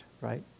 Right